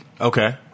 Okay